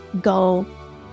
go